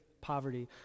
poverty